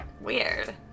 Weird